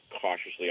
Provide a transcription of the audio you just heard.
cautiously